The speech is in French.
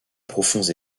profonds